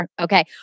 Okay